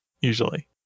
usually